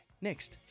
next